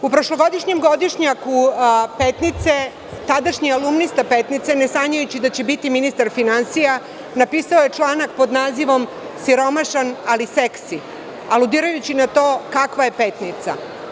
U prošlogodišnjem Godišnjaku Petnice, tadašnji alumnista Petnice, ne sanjajući da će biti ministar finansija, napisao je članak pod nazivom „Siromašan, ali seksi“, aludirajući na to kakva je Petnica.